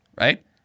Right